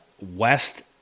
west